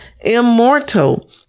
immortal